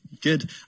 Good